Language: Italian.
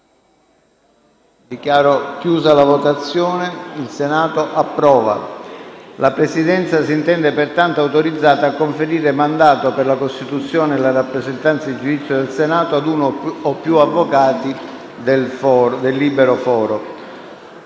dibattimentale penale. **Il Senato approva.** La Presidenza si intende pertanto autorizzata a conferire mandato, per la costituzione e la rappresentanza in giudizio del Senato, ad uno o più avvocati del libero foro.